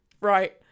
Right